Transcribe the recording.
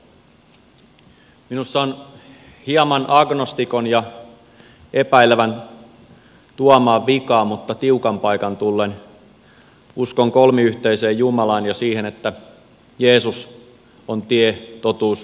minussa on hieman agnostikon ja epäilevän tuomaan vikaa mutta tiukan paikan tullen uskon kolmiyhteiseen jumalaan ja siihen että jeesus on tie totuus ja elämä